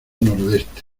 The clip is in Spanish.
nordeste